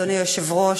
אדוני היושב-ראש,